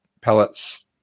pellets